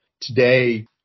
Today